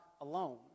alone